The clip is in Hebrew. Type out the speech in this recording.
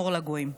אור לגויים,